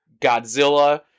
Godzilla